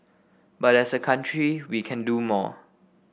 but as a country we can do more